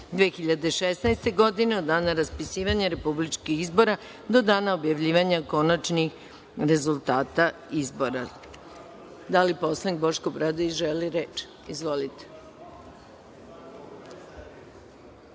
2016. godine, od dana raspisivanja republičkih izbora do dana objavljivanja konačnih rezultata izbora. Da li narodni poslanik Boško Obradović želi reč? (Da)